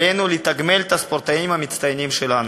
עלינו לתגמל את הספורטאים המצטיינים שלנו.